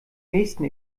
nächsten